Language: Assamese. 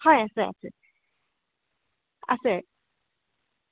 হয় আছে আছে আছে